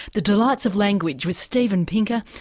the delights of language with steven pinker,